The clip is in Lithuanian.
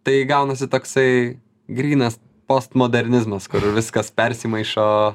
tai gaunasi toksai grynas postmodernizmas kur viskas persimaišo